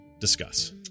Discuss